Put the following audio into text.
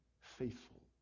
faithful